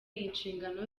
inshingano